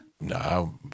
No